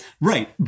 Right